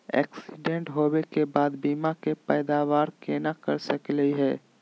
Accident होवे के बाद बीमा के पैदावार केना कर सकली हे?